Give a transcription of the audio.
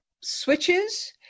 switches